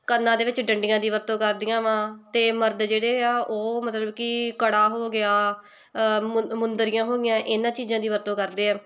ਕੰਨਾਂ ਦੇ ਵਿੱਚ ਡੰਡੀਆਂ ਦੀ ਵਰਤੋਂ ਕਰਦੀਆਂ ਵਾ ਅਤੇ ਮਰਦ ਜਿਹੜੇ ਆ ਉਹ ਮਤਲਬ ਕਿ ਕੜਾ ਹੋ ਗਿਆ ਮੁੰਦਰੀਆਂ ਹੋ ਗਈਆਂ ਇਹਨਾਂ ਚੀਜ਼ਾਂ ਦੀ ਵਰਤੋਂ ਕਰਦੇ ਆ